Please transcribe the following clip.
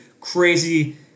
crazy